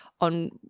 on